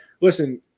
Listen